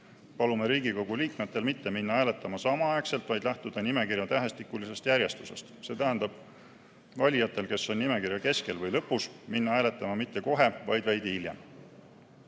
Palume Riigikogu liikmetel mitte minna hääletama samaaegselt, vaid lähtuda nimekirja tähestikulisest järjestusest, st valijatel, kes on nimekirja keskel või lõpus, mitte minna hääletama kohe, vaid veidi hiljem.